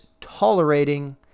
tolerating